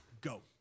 go